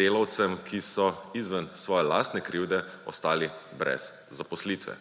delavcem, ki so izven svoje lastne krivde ostali brez zaposlitve.